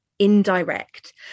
indirect